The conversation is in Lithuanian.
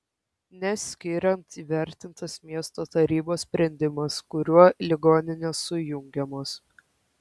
nes skiriant įvertintas miesto tarybos sprendimas kuriuo ligoninės sujungiamos